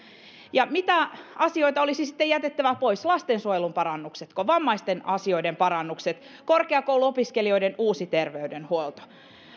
mitä asioita olisi sitten jätettävä pois lastensuojelun parannuksetko vammaisten asioiden parannukset korkeakouluopiskelijoiden uusi terveydenhuolto